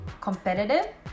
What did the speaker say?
competitive